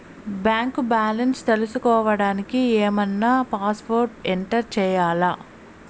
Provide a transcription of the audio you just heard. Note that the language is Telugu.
బ్యాంకు బ్యాలెన్స్ తెలుసుకోవడానికి ఏమన్నా పాస్వర్డ్ ఎంటర్ చేయాలా?